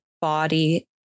body